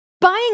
Buying